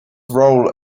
role